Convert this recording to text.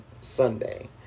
Sunday